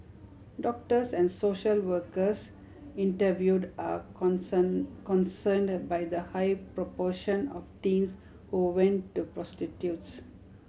doctors and social workers interviewed are concern concerned by the high proportion of teens who went to prostitutes